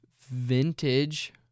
vintage